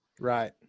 Right